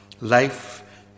Life